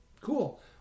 Cool